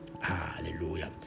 Hallelujah